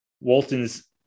Walton's